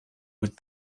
with